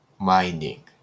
Mining